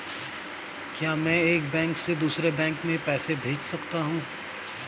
क्या मैं एक बैंक से दूसरे बैंक में पैसे भेज सकता हूँ?